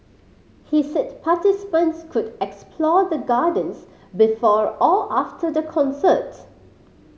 he said participants could explore the gardens before or after the concert